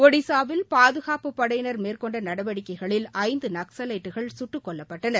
ஜடிசாவில் பாதுகாப்புப் படையினர் மேற்கொண்ட நடவடிக்கைகளில் ஐந்து நக்சலைட்டுகள் சுட்டுக் கொல்லப்பட்டனர்